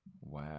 wow